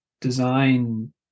design